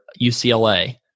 UCLA